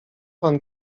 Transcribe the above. pan